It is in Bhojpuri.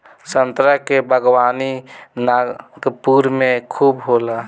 संतरा के बागवानी नागपुर में खूब होला